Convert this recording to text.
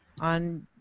on